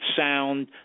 sound